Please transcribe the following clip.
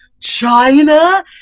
China